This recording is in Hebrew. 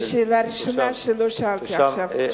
א/5, לזר, זו שאלה ראשונה שלא שאלתי עכשיו.